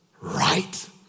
Right